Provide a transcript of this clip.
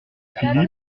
philippe